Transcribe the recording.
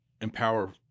empower